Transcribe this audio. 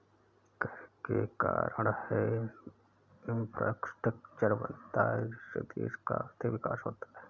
कर के कारण है इंफ्रास्ट्रक्चर बनता है जिससे देश का आर्थिक विकास होता है